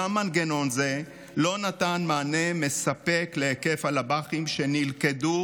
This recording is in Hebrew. גם מנגנון זה לא נתן מענה מספק להיקף הלב"חים שנלכדו